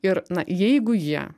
ir na jeigu jie